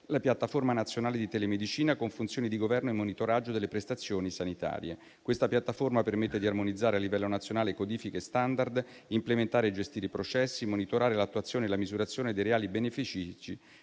la piattaforma nazionale di telemedicina con funzioni di governo e monitoraggio delle prestazioni sanitarie. Questa piattaforma permette di armonizzare a livello nazionale codifiche *standard*, implementare e gestire i processi, monitorare l'attuazione e la misurazione dei reali benefici